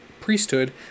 priesthood